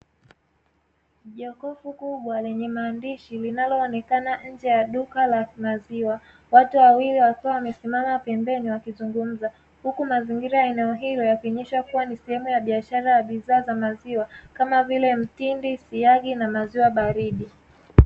Jokofu kubwa lenye maandishi linalo onekana nje ya duka la maziwa, watu wawili wakiwa wamesimama pembeni wakizungumza. Huku mazingira ya eneo hilo yakionyesha kuwa ni sehemu ya biashara ya bidhaa za maziwa kama vile mtindi, siagi na maziwa baridi.